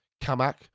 Kamak